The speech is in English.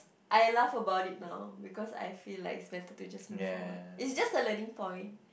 I laugh about it now because I feel like it's better to just move forward it's just a learning point